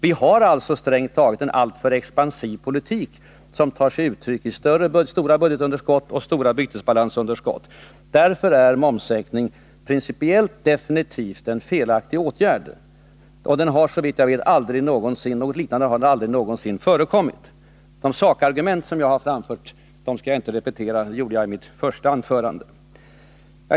Vi har alltså strängt taget en alltför expansiv politik, som tar sig uttryck i stora budgetunderskott och stora bytesbalansunderskott. Därför är momssänkning principiellt en definitivt felaktig åtgärd. Något liknande har såvitt jag vet heller aldrig förekommit tidigare. De sakargument som jag har anfört i mitt första anförande skall jag inte repetera.